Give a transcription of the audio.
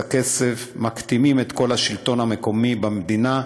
כסף מכתימים את כל השלטון המקומי במדינה,